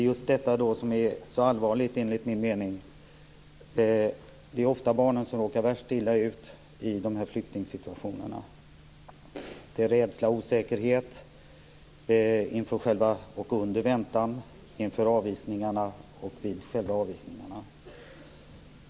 Herr talman! Det är just detta som enligt min mening är så allvarligt. Det är ofta barnen som råkar värst ut i flyktingsituationerna. De känner rädsla och osäkerhet under väntan inför avvisning och under avvisningar.